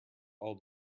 all